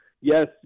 yes